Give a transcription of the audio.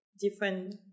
different